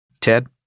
Ted